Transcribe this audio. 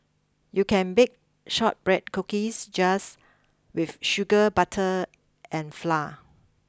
you can bake shortbread cookies just with sugar butter and flour